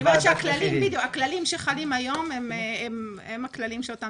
אני אומרת שהכללים שחלים היום הם הכללים שאותם